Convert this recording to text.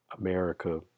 America